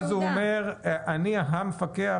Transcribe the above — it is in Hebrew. ואז הוא אומר שהוא המפקח.